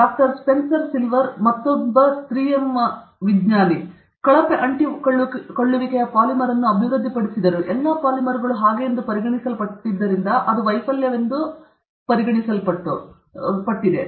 doctor Spencer Silver ಮತ್ತೊಂದು 3 M ವಿಜ್ಞಾನಿ ಕಳಪೆ ಅಂಟಿಕೊಳ್ಳುವಿಕೆಯ ಪಾಲಿಮರ್ ಅನ್ನು ಅಭಿವೃದ್ಧಿಪಡಿಸಿದರು ಎಲ್ಲಾ ಪಾಲಿಮರ್ಗಳು ಹಾಗೆ ಎಂದು ಪರಿಗಣಿಸಲ್ಪಟ್ಟಿದ್ದರಿಂದ ಅದು ವೈಫಲ್ಯವೆಂದು ಪರಿಗಣಿಸಲ್ಪಟ್ಟಿದೆ